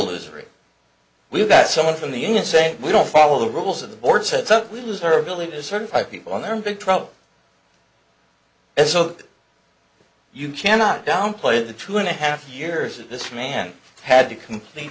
illusory we've got someone from the union saying we don't follow the rules of the board sets up we lose our ability to certify people in there in big trouble and so you cannot downplay the two and a half years this man had to complete